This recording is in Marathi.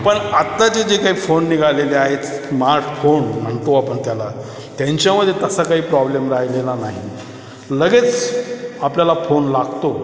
पण आत्ताचे जे काही फोन निघालेले आहेत स्मार्टफोन म्हणतो आपण त्याला त्यांच्यामध्ये तसा काही प्रॉब्लेम राहिलेला नाही लगेच आपल्याला फोन लागतो